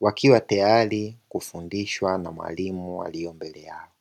wakiwa tayari kufundishwa na mwalimu alio mbele yao